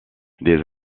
des